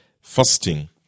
fasting